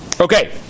Okay